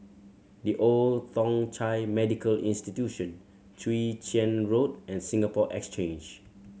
The Old Thong Chai Medical Institution Chwee Chian Road and Singapore Exchange